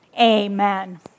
Amen